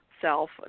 self